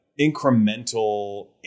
incremental